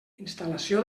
instal·lació